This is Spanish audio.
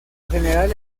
general